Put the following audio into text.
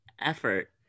effort